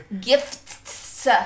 Gifts